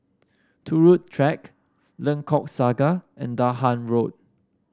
Turut Track Lengkok Saga and Dahan Road